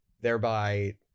thereby